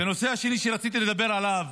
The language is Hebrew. והנושא השני שרציתי לדבר עליו